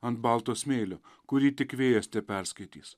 ant balto smėlio kurį tik vėjas teperskaitys